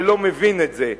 שלא מבין את זה.